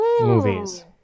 movies